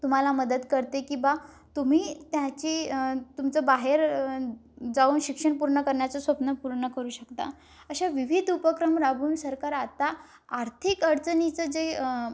तुम्हाला मदत करते की बा तुम्ही त्याची तुमचं बाहेर जाऊन शिक्षण पूर्ण करण्या्चं स्वप्न पूर्ण करू शकता अशा विविध उपक्रम राबून सरकार आत्ता आर्थिक अडचणीचं जे